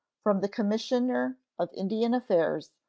from the commissioner of indian affairs,